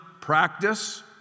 practice